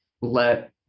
let